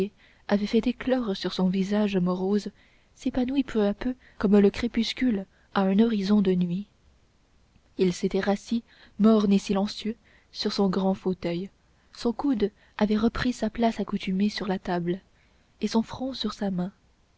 avait fait éclore sur son visage morose s'évanouit peu à peu comme le crépuscule à un horizon de nuit il s'était rassis morne et silencieux sur son grand fauteuil son coude avait repris sa place accoutumée sur la table et son front sur sa main